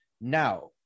Now